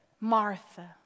Martha